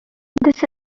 this